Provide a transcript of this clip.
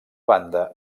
banda